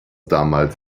damals